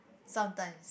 sometimes